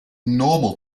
normal